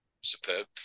superb